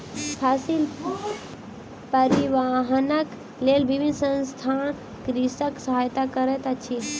फसिल परिवाहनक लेल विभिन्न संसथान कृषकक सहायता करैत अछि